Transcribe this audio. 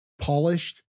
polished